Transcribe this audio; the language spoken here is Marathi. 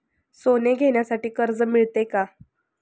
सोने घेण्यासाठी कर्ज मिळते का?